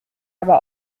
aber